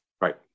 Right